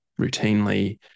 routinely